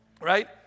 Right